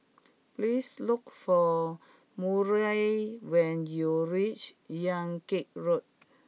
please look for Murray when you reach Yan Kit Road